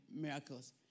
miracles